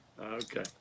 Okay